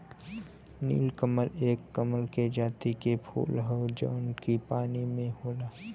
नीलकमल एक कमल के जाति के फूल हौ जौन की पानी में होला